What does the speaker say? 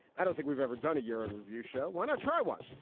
i don't think we've ever done a urine review show. why not try one?